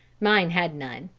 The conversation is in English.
mine had none.